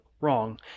wrong